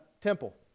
temple